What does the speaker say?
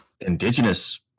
Indigenous